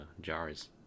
jars